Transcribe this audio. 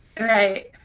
Right